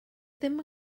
ddim